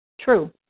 True